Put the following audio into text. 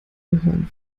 gehören